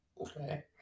Okay